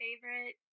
favorite